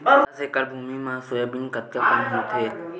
दस एकड़ भुमि म सोयाबीन कतका कन होथे?